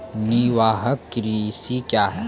निवाहक कृषि क्या हैं?